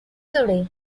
today